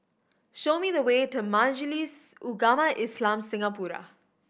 show me the way to Majlis Ugama Islam Singapura